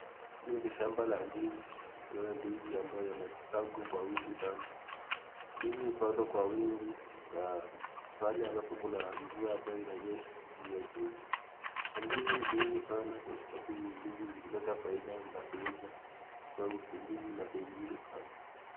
Hili ni shamba la ndizi, tunaona s ndizi ambayo imepagwa kwa wingi sana, ndizi hupandwa kwa wingi kwa pahali ambapo pananyesha mvua nyingi, ndizi ni muhimu sana kwa sababu ndizi huleta faida zinapo uzwa, sababu ndizi ina bei mzuri sana.